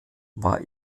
war